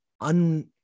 un